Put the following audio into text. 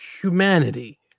humanity